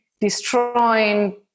destroying